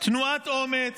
תנועת אומץ,